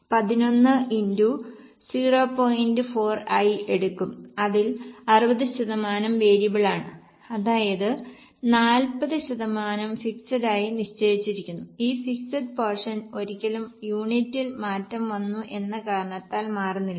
4 ആയി എടുക്കും അതിൽ 60 ശതമാനം വേരിയബിളാണ് അതായത് 40 ശതമാനം ഫിക്സഡ് ആയി നിശ്ചയിച്ചിരിക്കുന്നു ഈ ഫിക്സഡ് പോർഷൻ ഒരിക്കലും യൂണിറ്റിൽ മാറ്റം വന്നു എന്ന കാരണത്താൽ മാറുന്നില്ല